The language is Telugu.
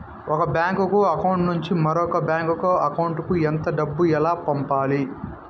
ఒక బ్యాంకు అకౌంట్ నుంచి మరొక బ్యాంకు అకౌంట్ కు ఎంత డబ్బు ఎలా పంపాలి